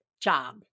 job